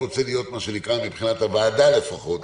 מבחינת הוועדה לפחות,